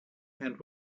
and